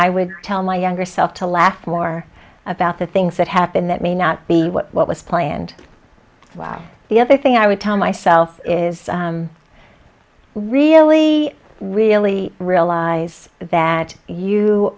i would tell my younger self to laugh more about the things that happen that may not be what was planned while the other thing i would tell myself is really really realize that you